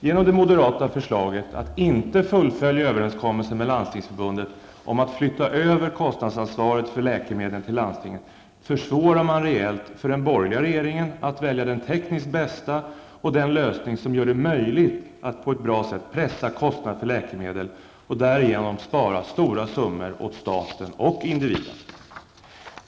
Genom det moderata förslaget att inte fullfölja överenskommelsen med Landstingsförbundet om att flytta över kostnadsansvaret för läkemedlen till landstingen försvårar man rejält för den borgerliga regeringen att välja den tekniskt bästa lösningen och den lösning som gör det möjligt att på ett bra sätt pressa kostnaderna för läkemedlen och som därigenom kan spara stora summor åt staten och individen.